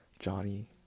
Johnny